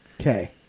Okay